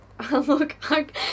Look